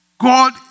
God